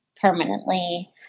permanently